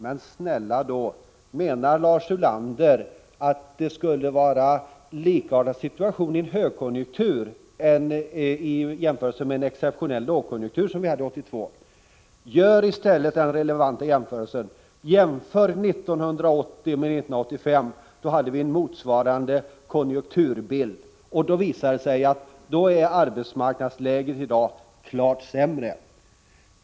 Men snälla Lars Ulander! Är det verkligen riktigt att jämföra en högkonjunktur med en exceptionell lågkonjunktur, som vi hade 1982? Gör i stället den relevanta jämförelsen, dvs. ställ 1980 mot 1985, då vi hade mot varandra svarande konjunkturbilder. Under sådana förhållanden visar det sig att arbetsmarknadsläget i dag är klart sämre.